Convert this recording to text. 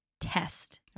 test